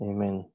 Amen